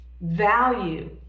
value